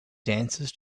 dances